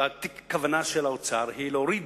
הכוונה של האוצר היא להוריד,